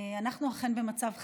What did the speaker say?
אנחנו אכן במצב חירום,